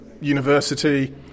university